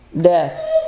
death